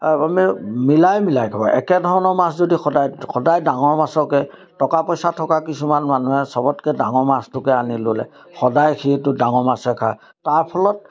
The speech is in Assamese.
আমি মিলাই মিলাই খাব একেধৰণৰ মাছ যদি সদায় সদায় ডাঙৰ মাছকে টকা পইচা থকা কিছুমান মানুহে সবতকৈ ডাঙৰ মাছটোকে আনি ল'লে সদায় সেইটো ডাঙৰ মাছে খায় তাৰ ফলত